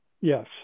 Yes